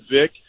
Vic